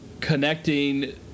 connecting